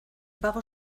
pago